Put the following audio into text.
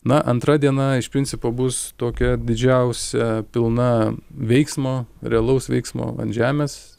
na antra diena iš principo bus tokia didžiausia pilna veiksmo realaus veiksmo ant žemės